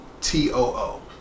T-O-O